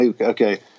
Okay